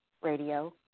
radio